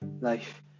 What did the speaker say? life